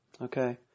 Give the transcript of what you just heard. Okay